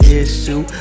issue